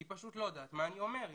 והיא פשוט לא יודעת מה אני אומר.